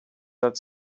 that